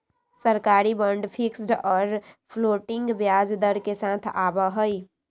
सरकारी bond fixed और floating ब्याज दर के साथ आवा हई